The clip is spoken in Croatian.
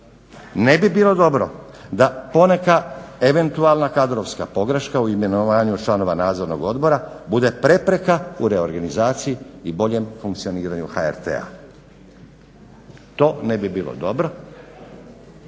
Ne bi bilo dobro da poneka eventualna kadrovska pogreška u imenovanju članova Nadzornog odbora bude prepreka u reorganizaciji i boljem funkcioniranju HRT-a. To ne bi bilo dobro,